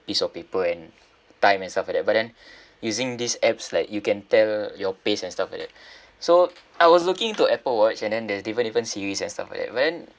piece of paper and time and stuff like that but then using these apps like you can tell your pace and stuff like that so I was looking into Apple watch and then there's different different series and stuff like that but then